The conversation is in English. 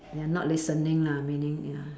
they are not listening lah meaning ya